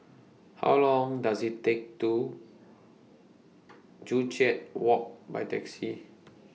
How Long Does IT Take to Joo Chiat Walk By Taxi